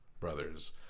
brothers